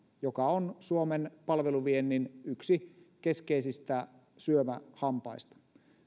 joka on suomen palveluviennin yksi keskeisistä syömähampaista